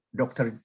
Doctor